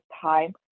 time